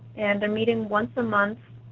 and they're meeting once a month,